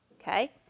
okay